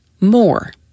more